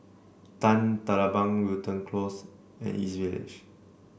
Tan Telang Bang Wilton Close and East Village